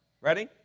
Ready